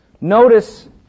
Notice